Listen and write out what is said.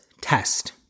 test